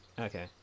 Okay